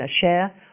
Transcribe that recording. share